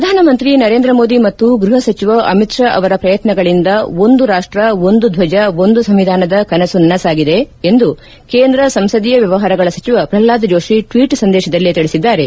ಪ್ರಧಾನಮಂತ್ರಿ ನರೇಂದ್ರ ಮೋದಿ ಮತ್ತು ಗೃಹ ಸಚಿವ ಅಮಿತ್ ಶಾ ಅವರ ಶ್ರಯತ್ನಗಳಿಂದ ಒಂದು ರಾಷ್ಷ ಒಂದು ಡ್ವಜ ಒಂದು ಸಂವಿಧಾನ್ ದ ಕನಸು ನನಸಾಗಿದೆ ಎಂದು ಕೇಂದ್ರ ಸಂಸದೀಯ ವ್ಲವಹಾರಗಳ ಸಚಿವ ಪ್ರಲ್ಹಾದ್ ಜೋಷಿ ಟ್ವೀಟ್ ಸಂದೇಶದಲ್ಲಿ ತಿಳಿಸಿದ್ದಾರೆ